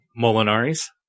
Molinari's